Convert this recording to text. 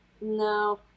no